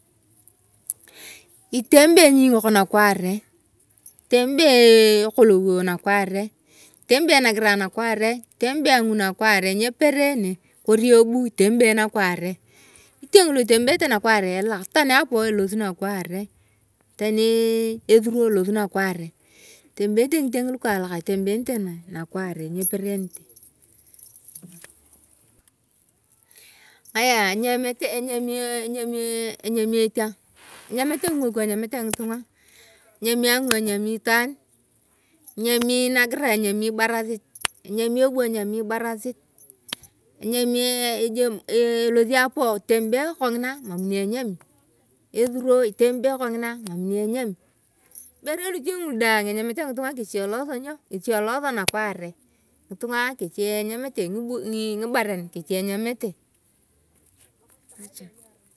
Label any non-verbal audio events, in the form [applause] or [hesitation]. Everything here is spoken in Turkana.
Itembea ingek nakwaire, itembea kholowa nakwara, itembea nagira nakware, itembea anguu nakware nyeperekwe, kari chau itembea nakware, ngitieng is itembera nakware elelek teni apoo closi nakware [hesitation] tenii esoru elosi nakware itemberenete ngitieng lukalak itemberete nakware nyeperenete [hesitation] nyoya [unintelligible] enyamata ngokuo enyamete ngitunga enyamii anguu enyami itwaan. Enyami najira enyami ibarasit, enyami ebuu enyami ibarasit, enyami [hesitation] elosi apoe itembee kongina emam neenyemi esuro itembee kengine emam neenyemi. Ngiberei ngiche ngulu daung enyemmete ngetung’o kechi eloosi nyoo keech eloosi nakware. Ngitung’a kechi enyometz [hesitation] ngibaren kechi enyamete